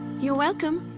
you're welcome.